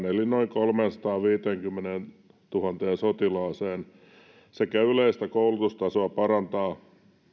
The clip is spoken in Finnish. eli noin kolmeensataanviiteenkymmeneentuhanteen sotilaaseen sekä yleistä koulutustasoa parantaa